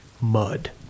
mud